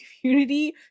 community